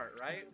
right